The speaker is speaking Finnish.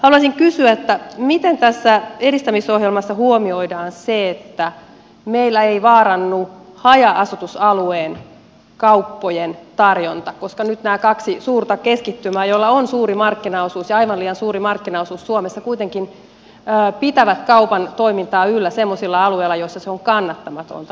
haluaisin kysyä miten tässä edistämisohjelmassa huomioidaan se että meillä ei vaarannu haja asutusalueen kauppojen tarjonta koska nyt nämä kaksi suurta keskittymää joilla on suuri markkinaosuus aivan liian suuri markkinaosuus suomessa kuitenkin pitävät kaupan toimintaa yllä semmoisilla alueilla joilla se on kannattamatonta